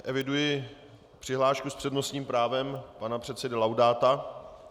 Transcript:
Eviduji přihlášku s přednostním právem pana předsedy Laudáta.